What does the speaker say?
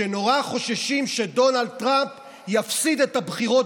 שנורא חוששים שדונלד טראמפ יפסיד בבחירות